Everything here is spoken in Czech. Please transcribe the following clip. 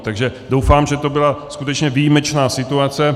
Takže doufám, že to byla skutečně výjimečná situace.